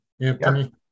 Anthony